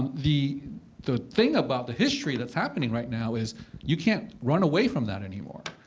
the the thing about the history that's happening right now is you can't run away from that anymore.